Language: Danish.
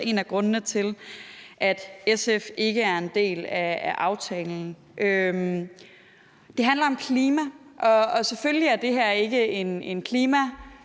som også er en af grundene til, at SF ikke er en del af aftalen. Det handler om klima, og selvfølgelig er det her ikke en klimalov,